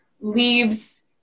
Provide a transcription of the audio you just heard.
leaves